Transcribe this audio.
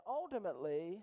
ultimately